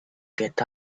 get